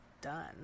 done